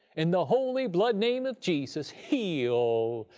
in the holy blood-name of jesus heal!